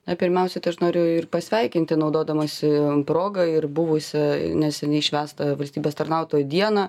na pirmiausia tai aš noriu pasveikinti naudodamasi proga ir buvusia neseniai švęsta valstybės tarnautojų dieną